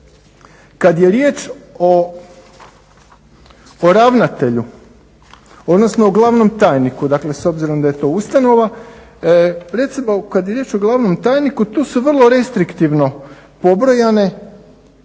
Kada je riječ o ravnatelja odnosno o glavnom tajniku s obzirom da je to ustanova recimo kada je riječ o glavnom tajniku tu su vrlo restriktivno pobrojane